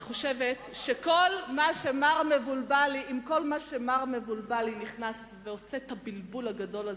אני חושבת שעם כל זה שמר מבולבלי נכנס ועושה את הבלבול הגדול הזה,